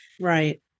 Right